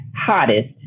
hottest